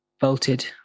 bolted